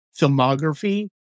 filmography